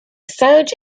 surge